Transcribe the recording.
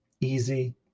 easy